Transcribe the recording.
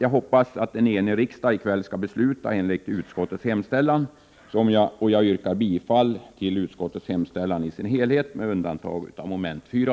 Jag hoppas att en enig riksdag i kväll skall besluta enligt utskottets hemställan, som jag yrkar bifall till i dess helhet med undantag av moment 4.